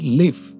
live